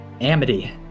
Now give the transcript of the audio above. Amity